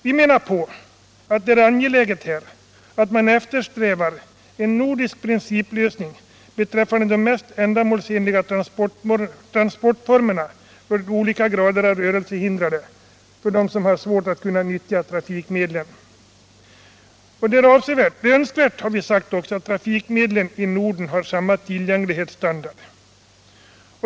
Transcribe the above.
Vi menar att det är angeläget att man eftersträvar en nordisk principlösning beträffande de mest ändamålsenliga transportformerna för de olika graderna av rörelsehinder. Det är vidare önskvärt att trafikmedlen i Norden har samma tillgänglighetsstandard.